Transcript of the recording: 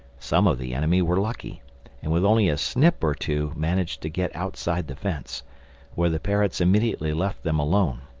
some of the enemy were lucky and with only a snip or two managed to get outside the fence where the parrots immediately left them alone.